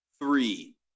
Three